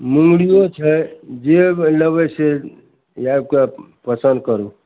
मुङ्गरियो छै जे लेबै से आबि कऽ पसन्द करू